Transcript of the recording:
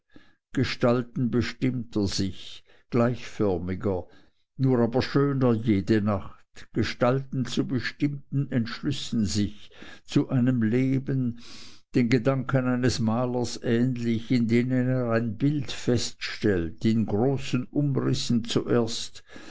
gestalten bestimmter sich gleichförmiger nur aber schöner jede nacht gestalten zu bestimmten entschlüssen sich zu einem leben den gedanken eines malers ähnlich in denen er ein bild feststellt in großen umrissen zuerst